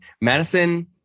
Madison